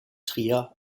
trier